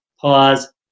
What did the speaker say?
pause